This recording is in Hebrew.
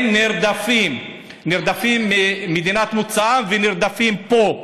הם נרדפים, נרדפים במדינת מוצאם ונרדפים פה.